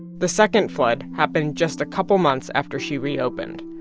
the second flood happened just a couple months after she reopened.